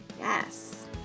Yes